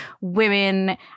women